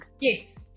Yes